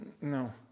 no